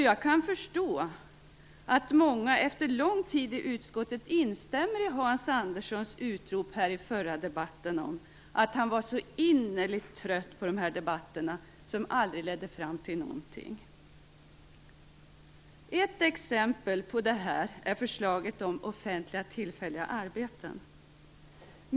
Jag kan förstå att många efter lång tid i utskottet instämmer i Hans Anderssons utrop här i debatten om att han var så innerligt trött på de här debatterna som aldrig ledde fram till någonting. Ett exempel på det här är förslaget om offentliga tillfälliga arbeten.